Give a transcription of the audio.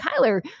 Kyler